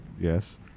yes